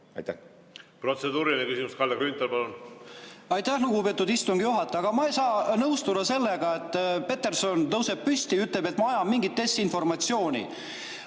palun! Protseduuriline küsimus, Kalle Grünthal, palun! Aitäh, lugupeetud istungi juhataja! Ma ei saa nõustuda sellega, et Peterson tõuseb püsti ja ütleb, et ma ajan mingit desinformatsiooni.